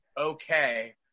okay